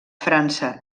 frança